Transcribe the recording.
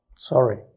Sorry